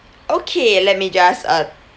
okay let me just uh